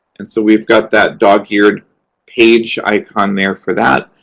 and so we've got that dog-eared page icon there for that.